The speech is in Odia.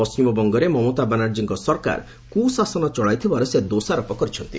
ପଣ୍ଢିମବଙ୍ଗରେ ମମତା ବାନାର୍ଜୀଙ୍କ ସରକାର କୁଶାସନ ଚଳାଇଥିବାର ସେ ଦୋଷାରୋପ କରିଛନ୍ତି